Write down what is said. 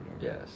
yes